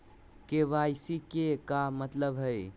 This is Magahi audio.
के.वाई.सी के का मतलब हई?